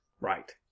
Right